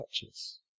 touches